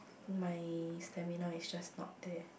my stamina is just not there